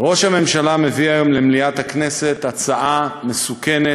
ראש הממשלה מביא היום למליאת הכנסת הצעה מסוכנת,